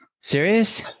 Serious